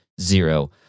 zero